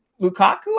Lukaku